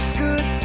good